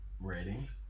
Ratings